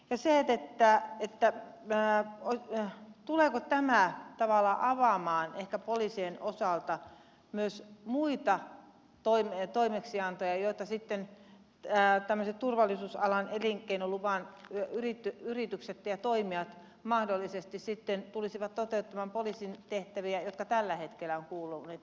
tässä väittää että minä oikein tuleeko tämä tavallaan avaamaan ehkä poliisien osalta myös muita toimeksiantoja joita sitten tämmöiset turvallisuusalan elinkeinoluvan omaavat yritykset ja toimijat mahdollisesti sitten tulisivat toteuttamaan jotka tällä hetkellä kuuluvat nyt poliisien tehtäviin